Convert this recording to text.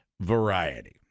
Variety